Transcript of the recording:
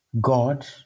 God